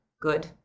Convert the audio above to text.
good